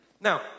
Now